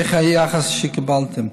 איך היחס שקיבלתם?